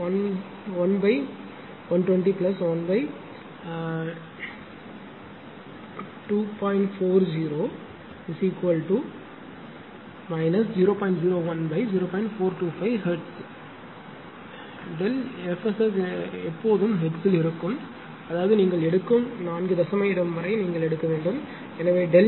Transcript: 425 Hz hertz ΔF SS எப்போதும் ஹெர்ட்ஸில் இருக்கும் அதாவது நீங்கள் எடுக்கும் 4 தசம இடம் வரை இருக்கும் எனவே ΔF SS மைனஸ் 0